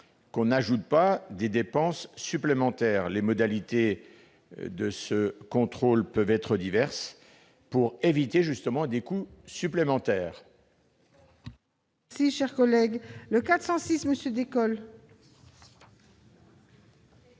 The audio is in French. pas d'ajouter des dépenses supplémentaires. Les modalités de ce contrôle peuvent être diverses pour éviter des coûts supplémentaires.